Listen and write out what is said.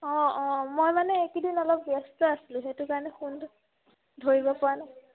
অঁ অঁ মই মানে এইকেইদিন অলপ ব্যস্ত আছিলোঁ সেইটো কাৰণে ফোনটো ধৰিব পৰা নাই